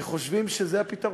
כמה אנשים שחושבים שזה הפתרון,